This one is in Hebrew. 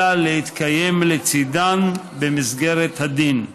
אלא להתקיים לצידן במסגרת הדין.